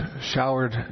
showered